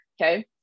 Okay